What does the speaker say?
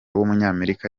w’umunyamerika